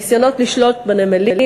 הניסיונות לשלוט בנמלים,